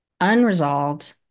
unresolved